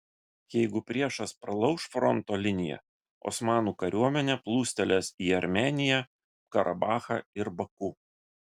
jeigu priešas pralauš fronto liniją osmanų kariuomenė plūstelės į armėniją karabachą ir baku